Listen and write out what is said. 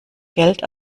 geld